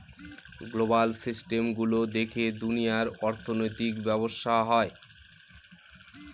global system গুলো দেখে দুনিয়ার অর্থনৈতিক ব্যবসা হয়